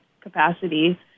capacity